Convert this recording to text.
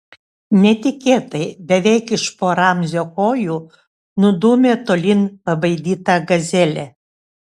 netikėtai beveik iš po ramzio kojų nudūmė tolyn pabaidyta gazelė